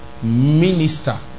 Minister